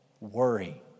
worry